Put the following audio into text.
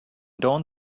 dawn